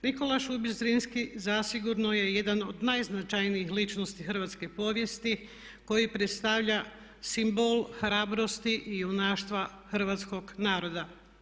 Nikola Šubić Zrinski zasigurno je jedan od najznačajnijih ličnosti hrvatske povijesti koji predstavlja simbol hrabrosti i junaštva hrvatskog naroda.